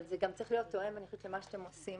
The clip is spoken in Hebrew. אבל זה צריך להיות תואם גם למה שאתם עושים